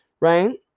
right